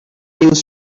news